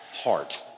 heart